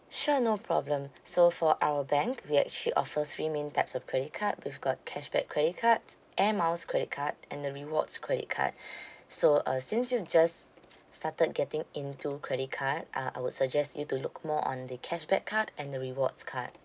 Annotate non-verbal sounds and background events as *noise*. sure no problem so for our bank we actually offer three main types of credit card we've got cashback credit card air miles credit card and the rewards credit card *breath* so uh since you just started getting into credit card uh I would suggest you to look more on the cashback card and the rewards card